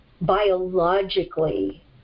biologically